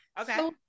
okay